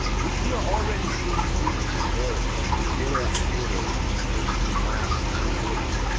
we we are already seeing three percent growth quarter after quarter in this first in these last two quarters.